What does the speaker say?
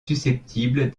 susceptibles